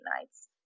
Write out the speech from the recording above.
nights